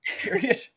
period